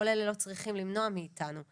כל אלה לא צריכים למנוע מאתנו לזרוח,